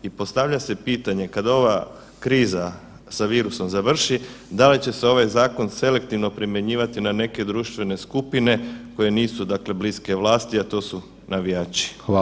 I postavlja se pitanje kada ova kriza sa virusom završi, da li će se ovaj zakon selektivno primjenjivati na neke društvene skupine koje nisu bliske vlasti, a to su navijači?